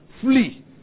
Flee